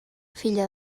filla